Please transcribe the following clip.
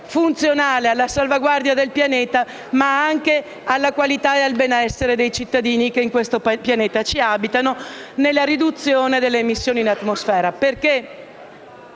funzionale alla salvaguardia del pianeta, ma anche alla qualità del benessere dei cittadini che in questo pianeta abitano, nella riduzione delle emissioni in atmosfera.